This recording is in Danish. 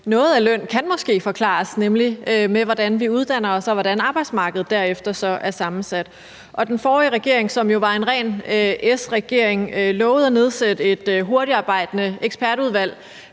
til lønnen kan måske forklares, nemlig med hvordan vi uddanner os, og hvordan arbejdsmarkedet derefter så er sammensat. Og den forrige regering, som jo var en ren S-regering, lovede at nedsætte et hurtigtarbejdende ekspertudvalg